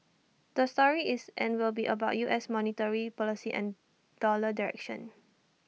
the story is and will be about U S monetary policy and dollar direction